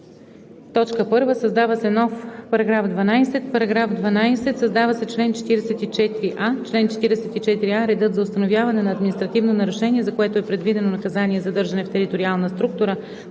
„1. Създава се нов § 12: § 12. Създава се чл. 44а: „Чл. 44а. Редът за установяване на административното нарушение, за което е предвидено наказание задържане в териториална структура